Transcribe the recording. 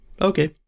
Okay